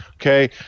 Okay